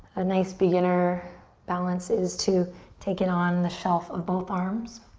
a nice beginner balance is to take it on the shelf of both arms,